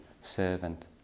servant